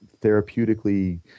therapeutically